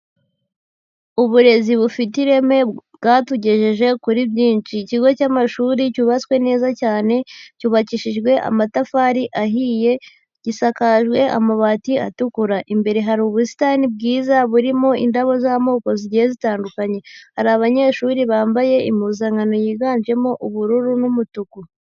Uburezi bufite ireme bwatugejeje kuri byinshi. Ikigo cy'amashuri cyubatswe neza cyane, cyubakishijwe amatafari ahiye, gisakajwe amabati atukura. Imbere hari ubusitani bwiza burimo indabo z'amoko zigiye zitandukanye. Hari abanyeshuri bambaye impuzankano yiganjemo ubururu n'umutuku.